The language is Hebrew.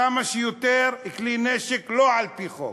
כמה שיותר כלי נשק לא על-פי חוק.